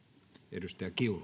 arvoisa herra